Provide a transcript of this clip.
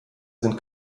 sind